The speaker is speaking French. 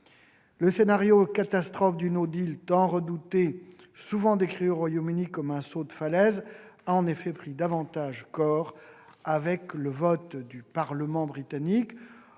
Le scénario catastrophe du tant redouté, souvent décrit au Royaume-Uni comme un « saut de la falaise », a en effet pris davantage corps avec le vote du Parlement britannique.